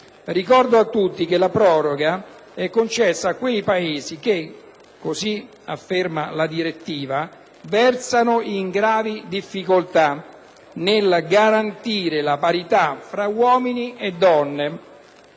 Ricordo a tutti che la proroga è concessa a quei Paesi che, come afferma la direttiva, presentino particolari difficoltà nel garantire la parità fra uomini e donne,